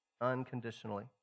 unconditionally